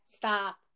Stop